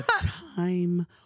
time